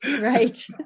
right